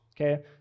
okay